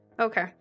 Okay